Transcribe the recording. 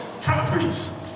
properties